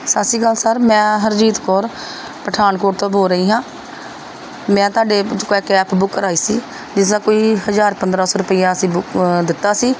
ਸਤਿ ਸ਼੍ਰੀ ਅਕਾਲ ਸਰ ਮੈਂ ਹਰਜੀਤ ਕੌਰ ਪਠਾਨਕੋਟ ਤੋਂ ਬੋਲ ਰਹੀ ਹਾਂ ਮੈਂ ਤੁਹਾਡੇ ਕੈਬ ਬੁੱਕ ਕਰਵਾਈ ਸੀ ਜਿਸਦਾ ਕੋਈ ਹਜ਼ਾਰ ਪੰਦਰਾਂ ਸੌ ਰੁਪਈਆ ਅਸੀਂ ਬੁੱ ਦਿੱਤਾ ਸੀ